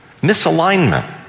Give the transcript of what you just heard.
Misalignment